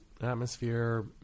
atmosphere